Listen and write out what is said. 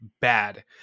bad